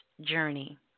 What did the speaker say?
journey